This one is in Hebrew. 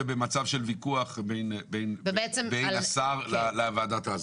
ובמצב של ויכוח בין השר לוועדת ההסדרה.